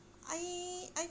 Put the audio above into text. I I